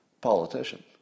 politician